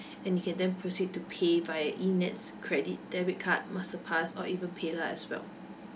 and you can then proceed to pay by enets credit debit card masterpass or even paylah as well